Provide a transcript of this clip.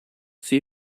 see